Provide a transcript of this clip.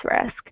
risk